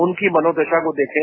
उनकी मनोदशा को देखें